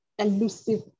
elusive